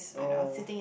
oh